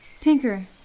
Tinker